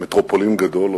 מטרופולין גדולה,